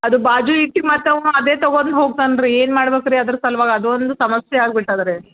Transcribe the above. ಅದು ಬಾಜು ಇಟ್ಟು ಮಾಡ್ತೇವೆ ಅದೇ ತಗೊಂಡು ಹೋಗ್ತೇನೆ ರೀ ಏನು ಮಾಡ್ಬೇಕು ರೀ ಅದ್ರ ಸಲುವಾಗಿ ಅದೊಂದು ಸಮಸ್ಯೆ ಆಗಿ ಬಿಟ್ಟಿದೆ ರೀ